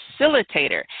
facilitator